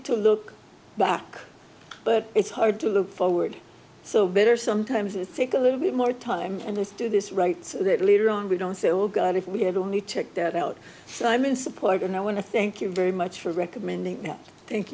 to look back but it's hard to look forward so better sometimes it takes a little bit more time and do this right so that leader on we don't say oh god if we had only checked that out so i'm in support and i want to thank you very much for recommending tha